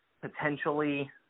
potentially